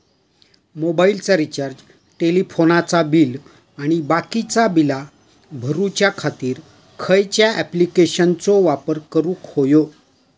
मोबाईलाचा रिचार्ज टेलिफोनाचा बिल आणि बाकीची बिला भरूच्या खातीर खयच्या ॲप्लिकेशनाचो वापर करूक होयो?